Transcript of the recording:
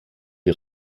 die